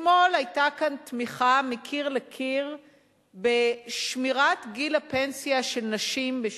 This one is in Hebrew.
אתמול היתה כאן תמיכה מקיר לקיר בשמירת גיל הפנסיה של נשים ב-62.